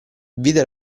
vide